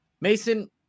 Mason